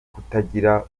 kutagira